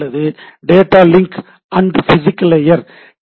அல்லது data link and physical layer D